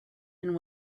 and